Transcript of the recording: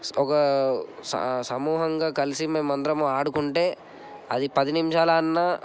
ఒక స సమూహంగా కలిసి మేము అందరము ఆడుకుంటే అది పది నిమిషాలు ఆడిన